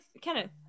kenneth